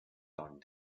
done